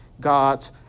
God's